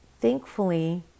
thankfully